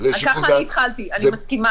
ככה התחלתי, אני מסכימה.